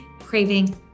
craving